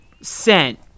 sent